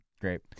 Great